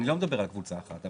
אני לא מדבר על קבוצה אחת,